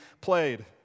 played